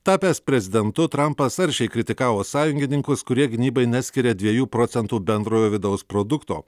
tapęs prezidentu trampas aršiai kritikavo sąjungininkus kurie gynybai neskiria dviejų procentų bendrojo vidaus produkto